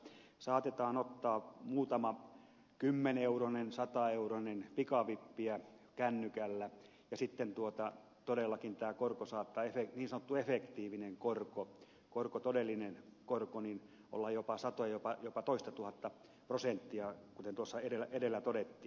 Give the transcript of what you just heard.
saatetaan ottaa muutama kymmeneuronen sataeuronen pikavippiä kännykällä ja sitten todellakin tämä niin sanottu efektiivinen korko todellinen korko saattaa olla jopa satoja jopa toistatuhatta prosenttia kuten tuossa edellä todettiin